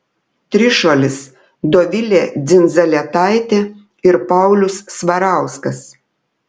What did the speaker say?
trišuolis dovilė dzindzaletaitė ir paulius svarauskas